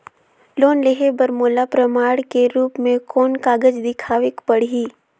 Loan लेहे बर मोला प्रमाण के रूप में कोन कागज दिखावेक पड़ही?